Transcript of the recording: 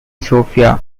sofia